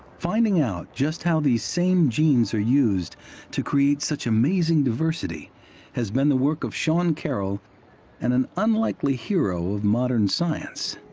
finding out just how these same genes are used to create such amazing diversity has been the work of sean carroll and an unlikely hero of modern science